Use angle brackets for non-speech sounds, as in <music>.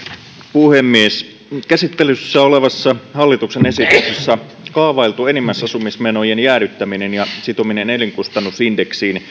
puhemies käsittelyssä olevassa hallituksen esityksessä kaavailtu enimmäisasumismenojen jäädyttäminen ja sitominen elinkustannusindeksiin <unintelligible>